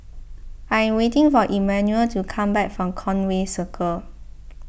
I am waiting for Emanuel to come back from Conway Circle